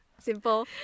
Simple